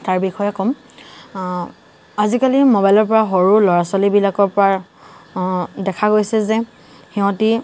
তাৰ বিষয়ে ক'ম আজিকালি মোবাইলৰ পৰা সৰু সৰু ল'ৰা ছোৱালীবিলাকৰ পৰা দেখা গৈছে যে সিহঁতি